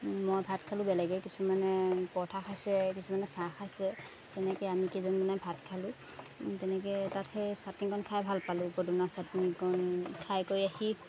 মই ভাত খালোঁ বেলেগে কিছুমানে পৰঠা খাইছে কিছুমানে চাহ খাইছে তেনেকৈ আমি কেইজনমানে ভাত খালোঁ তেনেকৈ তাত সেই চাটনিকণ খাই ভাল পালোঁ পদুনা চাটনিকণ খাই কৰি আহি